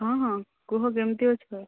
ହଁ ହଁ କୁହ କେମିତି ଅଛ